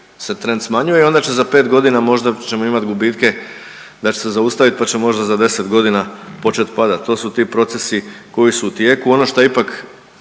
se trend smanjuje i onda će za 5 godina možda ćemo imati gubitke da će se zaustaviti pa će možda za 10 godina početi padat. To su ti procesi koji su u tijeku. Ono šta je ipak,